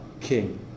King